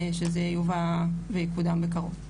שזה יובא ויקודם בקרוב.